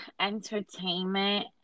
entertainment